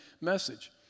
message